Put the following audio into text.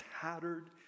tattered